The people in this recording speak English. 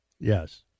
Yes